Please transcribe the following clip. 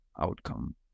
outcome